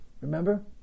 Remember